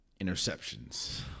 interceptions